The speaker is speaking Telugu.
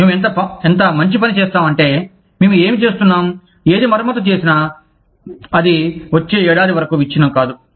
మేము ఎంత మంచి పని చేస్తాం అంటే మేము ఏమి చేస్తున్నాం ఏది మరమ్మత్తు చేసినా అది వచ్చే ఏడాది వరకు విచ్ఛిన్నం కాదు